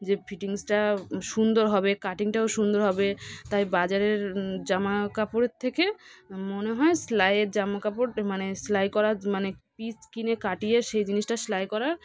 যে ফিটিংসটা সুন্দর হবে কাটিংটাও সুন্দর হবে তাই বাজারের জামা কাপড়ের থেকে মনে হয় সেলাইয়ের জামা কাপড় মানে সেলাই করা মানে পিস কিনে কাটিয়ে সেই জিনিসটা সেলাই করা